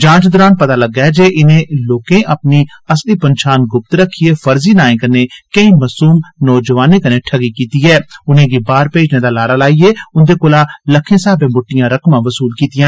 जांच दरान पता लग्गा जे इनें लोकें अपनी असली पंछान गुप्त रक्खियै फर्जी नाएं कन्नै केई मसूम नौजुआनें कन्नै ठगी कीती उनेंगी बाह्र भेजने दा लारा लाइयै उंदे कोला लक्खे साब्रै मुट्टियां रकमां बसूल कीतियां